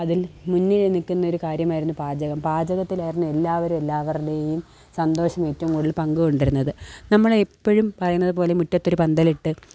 അതിൽ മുന്നേ നിൽക്കുന്നൊരു കാര്യമായിരുന്നു പാചകം പാചകത്തിലായിരുന്നു എല്ലാവരും എല്ലാവരുടെയും സന്തോഷം ഏറ്റോം കൂടുതൽ പങ്ക് കൊണ്ടിരുന്നത് നമ്മളെപ്പോഴും പറയുന്നത് പോലെ മുറ്റത്തൊരു പന്തലിട്ട്